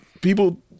people